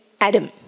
Adam